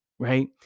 Right